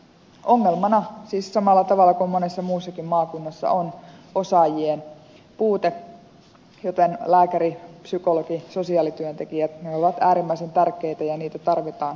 ongelmana siis samalla tavalla kuin monessa muussakin maakunnassa on osaajien puute joten lääkäri psykologi sosiaalityöntekijät ovat äärimmäisen tärkeitä ja heitä tarvitaan koko maassa